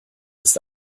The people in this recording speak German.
ist